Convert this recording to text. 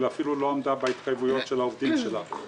היא אפילו לא עמדה בהתחייבויות של העובדים שלה.